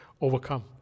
overcome